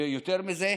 ויותר מזה,